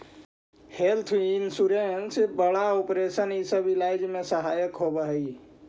health insurance बड़ा operation इ सब इलाज में सहायक होवऽ हई